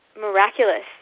miraculous